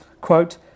Quote